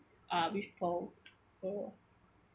uh with pearls so